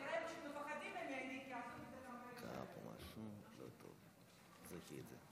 כנראה פשוט מפחדים ממני, כי עשו מזה קמפיין שלם.